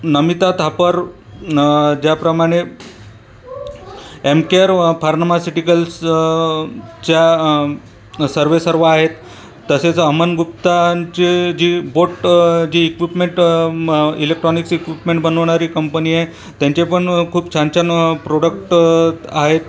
नमिता थापर ज्याप्रमाणे एम केअर फार्मास्युटिकल्सच्या सर्वेसर्वा आहेत तसेच अमन गुप्तांचे जे बोट जे ईक्वीपमेंट इलेक्ट्रॉनिक्स ईक्वीपमेंट बनवणारी कंपनी आहे त्यांचे पण खूप छान छान प्रॉडक्ट आहेत